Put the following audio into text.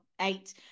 eight